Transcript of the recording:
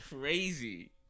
crazy